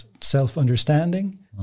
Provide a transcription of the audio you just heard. self-understanding